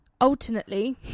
alternately